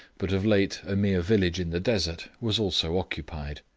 but of late a mere village in the desert, was also occupied.